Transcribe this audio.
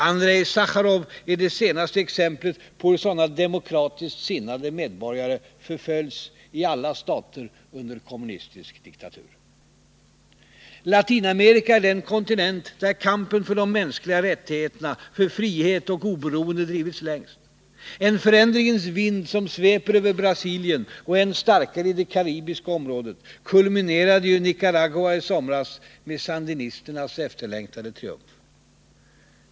Andrei Sacharov är det senaste exemplet på hur sådana demokratiskt sinnade medborgare förföljs i alla stater under kommunistisk diktatur. Latinamerika är dén kontinent där kampen för de mänskliga rättigheterna, för frihet och oberoende drivits längst. En förändringens vind som sveper över Brasilien och än starkare i det karibiska området kulminerade ju i Nicaragua i somras med sandinisternas efterlängtade triumf.